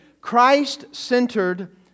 Christ-centered